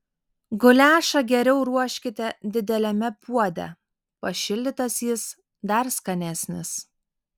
guliašą geriau ruoškite dideliame puode pašildytas jis dar skanesnis